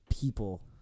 people